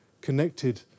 connected